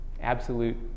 absolute